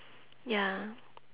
ya